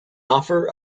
offer